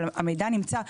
אבל המידע נמצא,